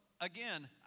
Again